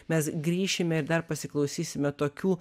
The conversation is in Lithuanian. mes grįšime ir dar pasiklausysime tokių